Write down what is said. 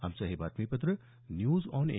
आमचं हे बातमीपत्र न्यूज ऑन ए